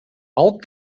алып